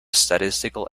statistical